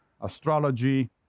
astrology